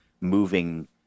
moving